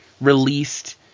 released